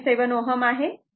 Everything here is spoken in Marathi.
157 Ω आहे